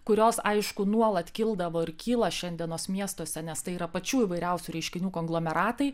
kurios aišku nuolat kildavo ir kyla šiandienos miestuose nes tai yra pačių įvairiausių reiškinių konglomeratai